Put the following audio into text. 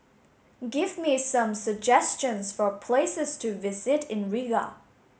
give me some suggestions for places to visit in Riga